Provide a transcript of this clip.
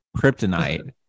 kryptonite